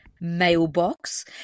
mailbox